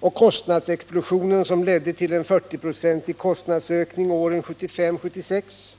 och kostnadsexplosionen som ledde till en 40-procentig kostnadsökning åren 1975 och 1976.